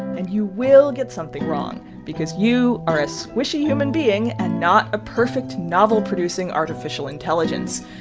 and you will get something wrong because you are a squishy human being and not a perfect novel-producing artificial intelligence.